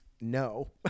no